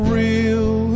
real